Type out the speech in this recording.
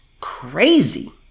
crazy